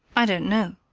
i don't know.